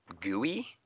gooey